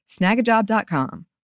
Snagajob.com